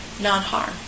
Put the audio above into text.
non-harm